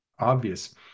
obvious